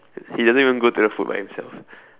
he doesn't even go to the food by himself